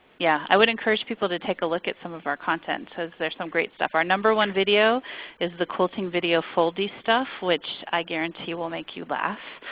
yeah i would encourage people to take a look at some of our content, because there is some great stuff. our number one video is the quilting video foldy stuff which i guarantee will make you laugh,